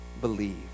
believe